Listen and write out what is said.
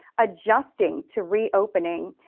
adjusting to reopening,